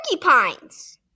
porcupines